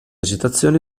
citazioni